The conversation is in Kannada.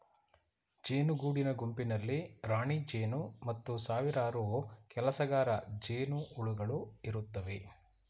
ಜೇನು ಗೂಡಿನ ಗುಂಪಿನಲ್ಲಿ ರಾಣಿಜೇನು ಮತ್ತು ಸಾವಿರಾರು ಕೆಲಸಗಾರ ಜೇನುಹುಳುಗಳು ಇರುತ್ತವೆ